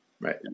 right